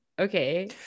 okay